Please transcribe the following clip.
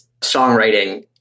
songwriting